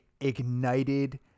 ignited